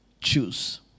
Choose